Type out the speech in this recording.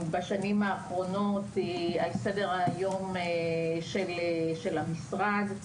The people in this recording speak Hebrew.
נמצאת בשנים האחרונות, על סדר היום של המשרד.